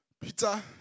Peter